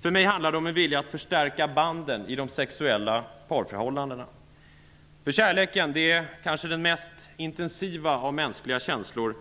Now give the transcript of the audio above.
För mig handlar det om en vilja att förstärka banden i de sexuella parförhållandena. Kärleken är den kanske mest intensiva av mänskliga känslor.